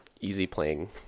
easy-playing